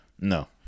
No